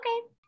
okay